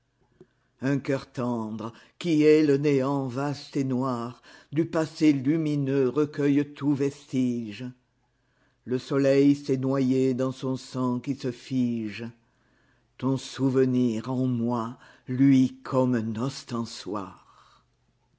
un cœur tendre qui hait le néant vaste et noir du passé lumineux recueille tout vestige le soleil s'est noyé dans son sang qui se fige ton souvenir en tooi luit comme un ostensoir